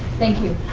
thank you.